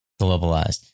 globalized